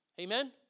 Amen